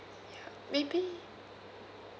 ya maybe